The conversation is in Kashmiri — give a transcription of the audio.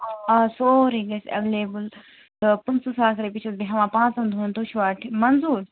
آ سورُے گَژھِ ایٚویلیبُل تہٕ پٕنٛژٕہ ساس رۄپیہِ چھَس بہٕ ہٮ۪وان پانٛژن دۄہن تُہۍ چھِوا منظوٗر